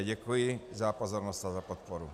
Děkuji za pozornost a za podporu.